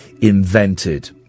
invented